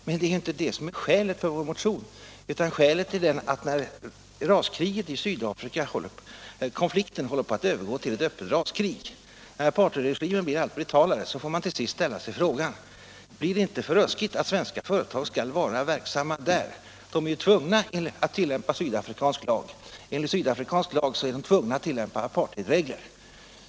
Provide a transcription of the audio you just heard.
Men det är ju inte det som är skälet till vår motion, utan skälet är att när konflikten i Sydafrika håller på att övergå till ett öppet raskrig, när apartheidregimen blir allt brutalare, får man till sist ställa sig frågan: Blir det inte för ruskigt att svenska företag skall vara verksamma där? De är ju tvungna att tillämpa sydafrikansk lag. Enligt sydafrikansk lag är de tvungna att tillämpa apartheidregler.